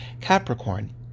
Capricorn